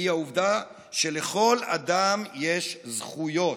הוא העובדה שלכל אדם יש זכויות.